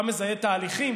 אתה מזהה תהליכים,